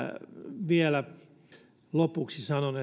vielä lopuksi sanon